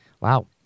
Wow